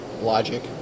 logic